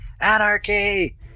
anarchy